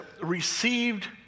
received